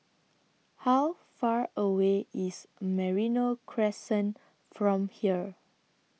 How Far away IS Merino Crescent from here